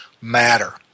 matter